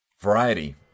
Variety